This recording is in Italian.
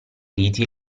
riti